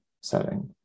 setting